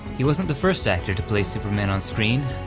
he wasn't the first actor to play superman on screen,